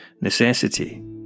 Necessity